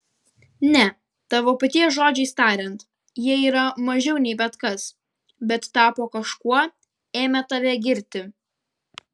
ne tavo paties žodžiais tariant jie yra mažiau nei bet kas bet tapo kažkuo ėmę tave girti